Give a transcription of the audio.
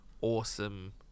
awesome